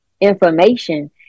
information